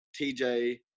TJ